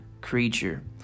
creature